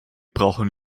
brauchen